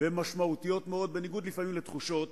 והן משמעותיות מאוד, בניגוד, לפעמים, לתחושות,